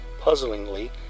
puzzlingly